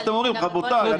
אז אתם אומרים: רבותיי,